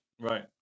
Right